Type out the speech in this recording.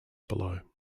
below